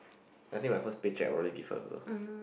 I think my first paycheck I want to give her also